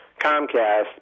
Comcast